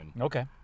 Okay